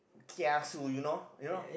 kiasu you know you know